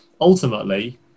Ultimately